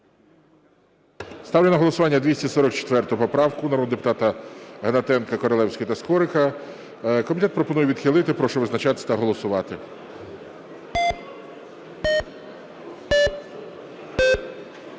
Ставлю на голосування 282 поправку народного депутата Гнатенка, Королевської та Скорика. Комітет пропонує відхилити. Прошу визначатись та голосувати.